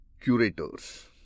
curators